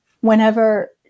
whenever